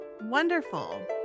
Wonderful